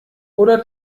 oder